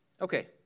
Okay